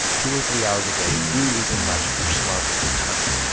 two or three hours a day really isn't much if you're smart with your time.